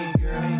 girl